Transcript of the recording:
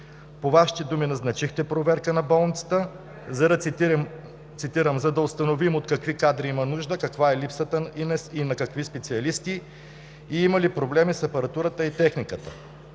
По Вашите думи – назначихте проверка на болницата, цитирам: „за да установим от какви кадри има нужда, каква е липсата и на какви специалисти и има ли проблеми с апаратурата и с техниката“.